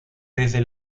desde